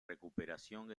recuperación